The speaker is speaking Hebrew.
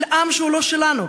של עם שהוא לא שלנו.